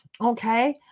Okay